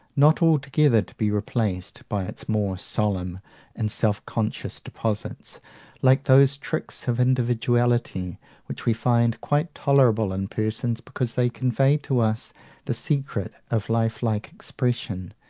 not altogether to be replaced by its more solemn and self-conscious deposits like those tricks of individuality which we find quite tolerable in persons, because they convey to us the secret of lifelike expression,